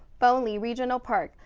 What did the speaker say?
bonelli regional park.